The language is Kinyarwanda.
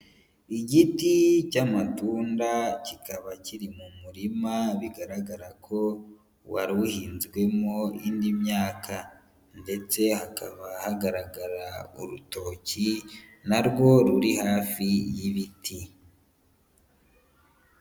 Igiti cy'amatunda, kikaba kiri mu murima bigaragara ko wari uhinzwemo indi myaka ndetse hakaba hagaragara urutoki narwo ruri hafi y'ibiti.